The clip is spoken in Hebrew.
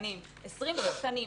20 שחקנים,